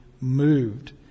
moved